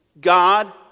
God